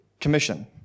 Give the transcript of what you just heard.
commission